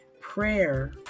Prayer